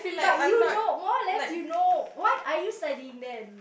but you know more or less you know what are you studying then